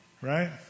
Right